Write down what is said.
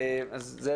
תודה